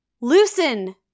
Loosen